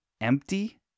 empty